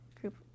group